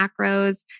macros